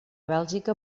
bèlgica